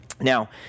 Now